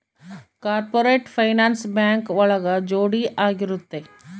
corporate finance bank ಒಳಗ ಜೋಡಿ ಆಗಿರುತ್ತೆ